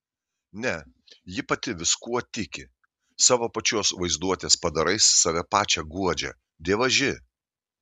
ne ji pati viskuo tiki savo pačios vaizduotės padarais save pačią guodžia dievaži